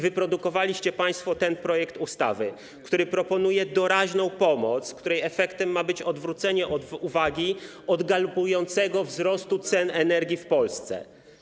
Wyprodukowaliście państwo ten projekt ustawy, który proponuje doraźną pomoc, której efektem ma być odwrócenie uwagi od galopującego wzrostu cen energii w Polsce.